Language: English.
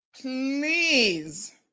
please